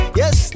yes